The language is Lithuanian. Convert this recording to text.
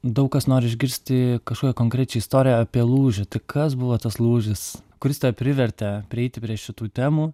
daug kas nori išgirsti kažkokią konkrečią istoriją apie lūžį tai kas buvo tas lūžis kuris privertė prieiti prie šitų temų